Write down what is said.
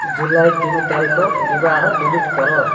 ଜୁଲାଇ ତିନି ତାରିଖ ବିବାହ ଡିଲିଟ୍ କର